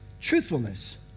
Truthfulness